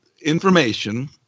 information